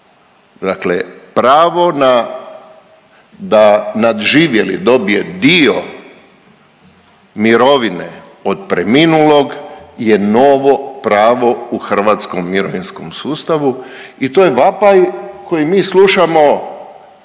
dakle pravo na, da nadživjeli dobije dio mirovine od preminulog je novo pravo u hrvatskom mirovinskom sustavu i to je vapaj koji mi slušamo